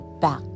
back